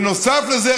בנוסף לזה,